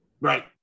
right